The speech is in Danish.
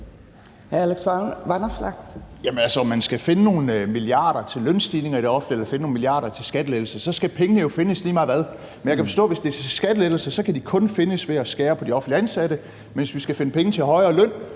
uanset om man skal finde nogle milliarder til lønstigninger i det offentlige eller skal finde nogle milliarder til skattelettelser, skal pengene jo findes lige meget hvad. Men jeg kan forstå, at hvis det er til skattelettelser, kan de kun findes ved at skære på de offentligt ansatte, mens hvis vi skal finde penge til højere løn,